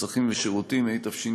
השר המקשר חבר הכנסת יריב